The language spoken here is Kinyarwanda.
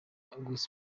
casper